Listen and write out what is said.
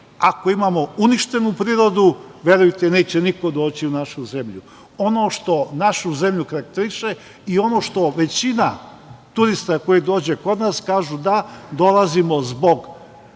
Ako imamo uništenu prirodu, verujte, neće niko doći u našu zemlju. Ono što našu zemlji karakteriše i ono što većina turista koji dođu kod nas kažu da dolazimo zbog